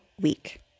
week